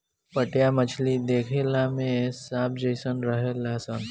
पाटया मछली देखला में सांप जेइसन रहेली सन